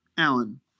Allen